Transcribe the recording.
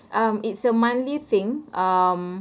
um it's a monthly thing um